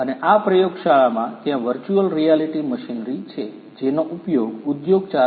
અને આ પ્રયોગશાળામાં ત્યાં વર્ચુઅલ રિયાલિટી મશીનરી છે જેનો ઉપયોગ ઉદ્યોગ 4